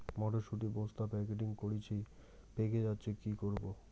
মটর শুটি বস্তা প্যাকেটিং করেছি পেকে যাচ্ছে কি করব?